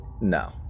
no